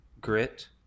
grit